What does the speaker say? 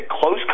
close